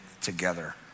together